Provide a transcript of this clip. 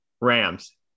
Rams